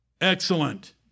Excellent